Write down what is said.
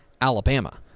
Alabama